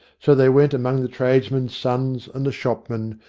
so they went among the tradesmen's sons and the shopmen,